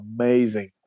amazing